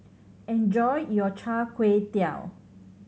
enjoy your Char Kway Teow